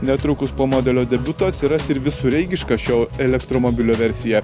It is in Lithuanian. netrukus po modelio debiuto atsiras ir visureigiška šio elektromobilio versija